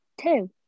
Two